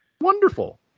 Wonderful